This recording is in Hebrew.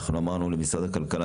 אנחנו אמרנו למשרד הכלכלה,